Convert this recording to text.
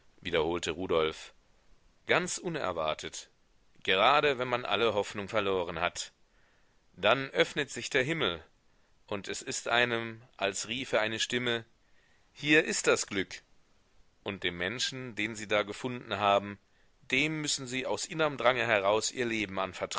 wiederholte rudolf ganz unerwartet gerade wenn man alle hoffnung verloren hat dann öffnet sich der himmel und es ist einem als riefe eine stimme hier ist das glück und dem menschen den sie da gefunden haben dem müssen sie aus innerm drange heraus ihr leben